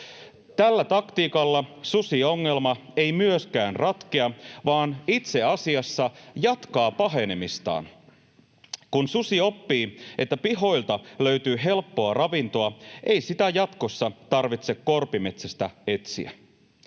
Tällä taktiikalla susiongelma ei myöskään ratkea vaan itse asiassa jatkaa pahenemistaan. Kun susi oppii, että pihoilta löytyy helppoa ravintoa, ei sitä jatkossa tarvitse korpimetsästä etsiä.